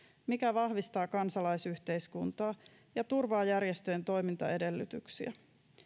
mikä vahvistaa kansalaisyhteiskuntaa ja turvaa järjestöjen toimintaedellytyksiä